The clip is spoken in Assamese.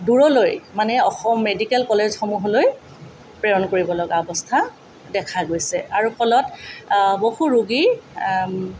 দূৰলৈ মানে অসম মেডিকেল কলেজসমূহলৈ প্ৰেৰণ কৰিব লগা অৱস্থা দেখা গৈছে আৰু ফলত বহু ৰোগী